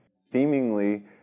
seemingly